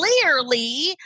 clearly